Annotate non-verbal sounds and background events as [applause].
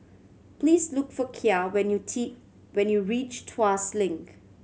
please look for Kya when you [unintelligible] reach Tuas Link